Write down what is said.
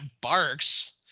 Barks